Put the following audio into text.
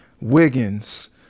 Wiggins